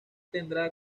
tendrá